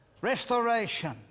restoration